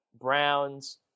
Browns